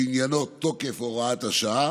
שעניינו תוקף הוראת השעה,